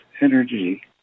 energy